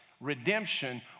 redemption